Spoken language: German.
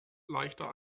leichter